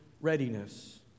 readiness